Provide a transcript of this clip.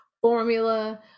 formula